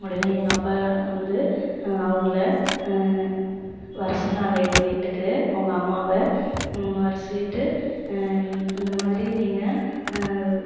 உடனே எங்கள் அப்பா வந்து அவங்களை வர சொன்னாங்க எங்கள் வீட்டுக்கு அவங்க அம்மாவை வர சொல்லிட்டு இந்தமாதிரி நீங்கள்